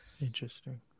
Interesting